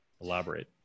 elaborate